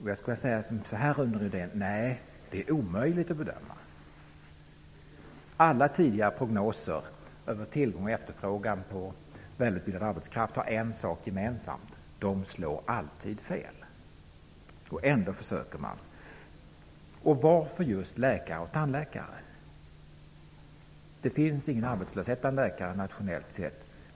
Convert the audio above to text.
Nej, Rune Rydén, det är enligt min mening omöjligt att bedöma. Alla tidigare prognoser över tillgång och efterfrågan på välutbildad arbetskraft har en sak gemensamt. De slår alltid fel, och ändå försöker man. Varför just läkare och tandläkare? Det finns inte någon arbetslöshet bland läkare, nationellt sett.